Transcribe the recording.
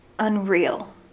unreal